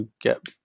get